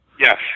Yes